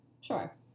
Sure